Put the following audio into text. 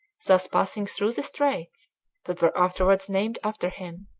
thus passing through the straits that were afterwards named after him,